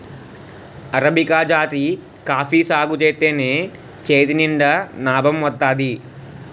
arabica జాతి coffee సాగుజేత్తేనే చేతినిండా నాబం వత్తాది